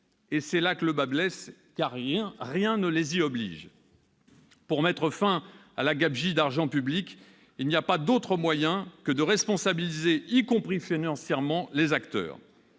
Et c'est là que le bât blesse, car rien ne les y oblige ! Pour mettre fin à la gabegie d'argent public, il n'y a pas d'autre moyen que de responsabiliser, y compris financièrement, les acteurs.